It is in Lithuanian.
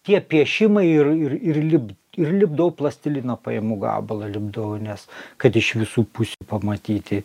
tie piešimą ir ir lipd ir lipdau plastilino paimu gabalą lipdau nes kad iš visų pusių pamatyti